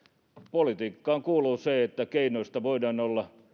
politiikkaan kuuluu se että keinoista voidaan olla